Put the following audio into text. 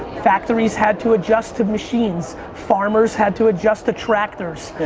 factories had to adjust to machines, farmers had to adjust to tractors.